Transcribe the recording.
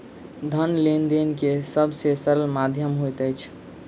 धन लेन देन के सब से सरल माध्यम होइत अछि